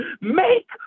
Make